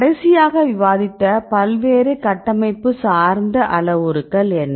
கடைசியாக விவாதித்த பல்வேறு கட்டமைப்பு சார்ந்த அளவுருக்கள் என்ன